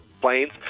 planes